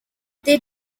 they